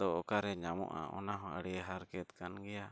ᱫᱚ ᱚᱠᱟᱨᱮ ᱧᱟᱢᱚᱜᱼᱟ ᱚᱱᱟᱦᱚᱸ ᱟᱹᱰᱤ ᱦᱟᱨᱠᱮᱛ ᱠᱟᱱ ᱜᱮᱭᱟ